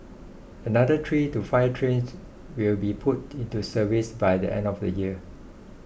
another three to five trains will be put into service by the end of the year